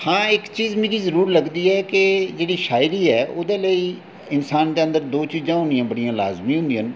हा इक्क चीज़ मिगी जरूर लगदी ऐ कि जेह्ड़ी शायरी ऐ ओह्दे लेई इन्सान दे अंदर दौं चीज़ां होनियां बड़िया लाजमी न